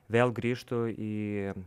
vėl grįžtu į